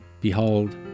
behold